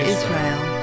Israel